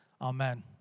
amen